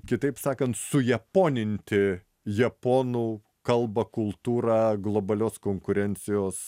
kitaip sakant sujaponinti japonų kalbą kultūrą globalios konkurencijos